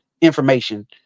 information